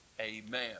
amen